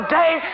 day